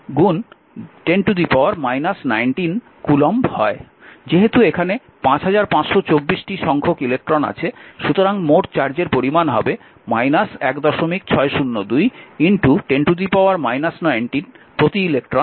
যেহেতু এখানে 5524 সংখ্যক ইলেকট্রন আছে সুতরাং মোট চার্জের পরিমান হবে 1602 10 19 প্রতি ইলেকট্রন 5524